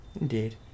Indeed